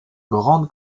grande